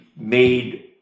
made